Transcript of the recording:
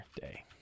day